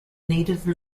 native